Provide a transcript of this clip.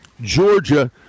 Georgia